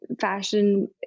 fashion